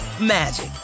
magic